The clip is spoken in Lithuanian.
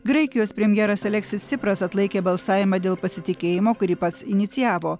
graikijos premjeras aleksis sipras atlaikė balsavimą dėl pasitikėjimo kurį pats inicijavo